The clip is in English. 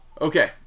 okay